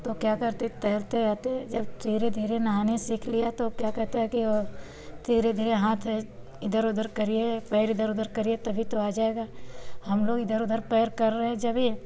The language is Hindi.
तो क्या करते तैरते जब धीरे धीरे नहाने सीख लिये तो अब क्या कहते हैं कि धीरे धीरे हाथ इधर उधर करिए पैर इधर उधर करिए तो आ जाएगा हम लोग इधर उधर पैर कर रहे जब ही